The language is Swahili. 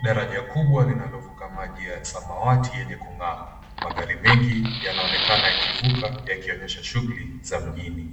Daraja kubwa linalovuka maji ya samawati yenye kung'aa. Magari mengi yanaonekana yakivuka yakionyesha shughuli za mjini.